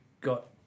got